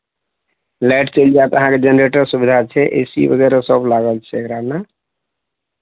light चलि जायत अहाँके जेनरेटर सुविधा छै ए सी वगैरह सभ लागल छै एकरामे